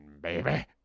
baby